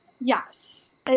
yes